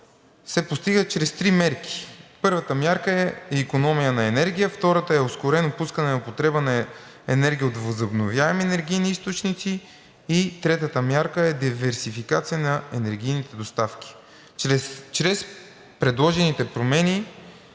се постигат чрез три мерки. Първата мярка е икономия на енергия, втората е ускорено пускане в употреба на енергия от възобновяеми енергийни източници и третата мярка е диверсификация на енергийните доставки. Чрез предложените промени